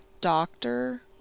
doctor